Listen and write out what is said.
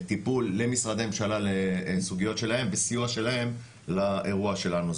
טפול למשרדי ממשלה לסוגיות שלהם וסיוע שלהם לאירוע שלנו.